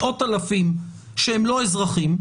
מאות אלפים שהם לא אזרחים,